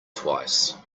twice